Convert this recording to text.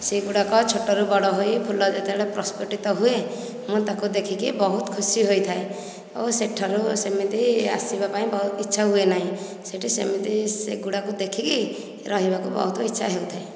ସେହିଗୁଡ଼ାକ ଛୋଟରୁ ବଡ଼ ହୋଇ ଫୁଲ ଯେତେବେଳେ ପ୍ରସ୍ଫୁଟିତ ହୁଏ ମୁଁ ତାକୁ ଦେଖିକି ବହୁତ ଖୁସି ହୋଇଥାଏ ଓ ସେଠାରୁ ସେମିତି ଆସିବାପାଇଁ ବହୁତ ଇଛା ହୁଏ ନାହିଁ ସେଇଠି ସେମିତି ସେଗୁଡ଼ାକୁ ଦେଖିକି ରହିବାକୁ ବହୁତ ଇଛା ହେଉଥାଏ